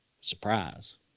Surprise